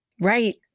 Right